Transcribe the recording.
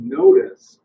notice